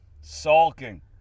Sulking